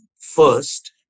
first